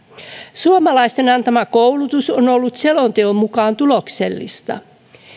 suomalaisten antama koulutus on ollut selonteon mukaan tuloksellista